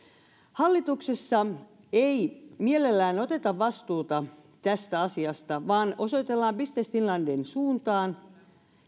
hallituksessa ei mielellään oteta vastuuta tästä asiasta vaan osoitellaan business finlandin suuntaan